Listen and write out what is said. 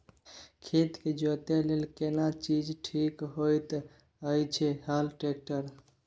खेत के जोतय लेल केना चीज ठीक होयत अछि, हल, ट्रैक्टर?